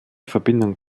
verbindung